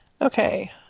okay